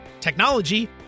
technology